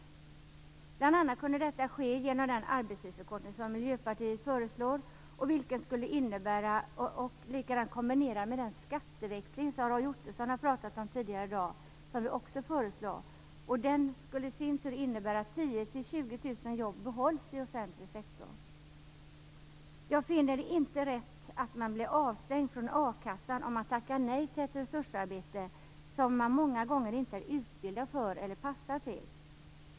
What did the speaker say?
Det skulle bl.a. kunna ske genom den arbetstidsförkortning som Miljöpartiet föreslår, kombinerat med den skatteväxling som Roy Ottosson har pratat om tidigare i dag, som vi också föreslår, vilken skulle innebära att 10 000 Jag finner det inte rätt att man blir avstängd från akassan om man tackar nej till ett resursarbete som man många gånger inte är utbildad för eller passar till.